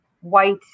white